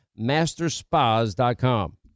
masterspas.com